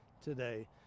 today